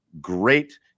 great